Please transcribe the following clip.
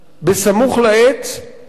בסמוך לעץ,